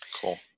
cool